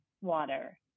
water